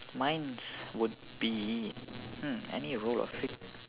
mine's would be hmm any role of